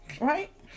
right